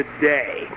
today